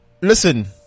listen